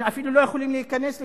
הם אפילו לא יכולים להיכנס לכאן.